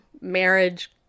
marriage